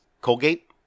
Colgate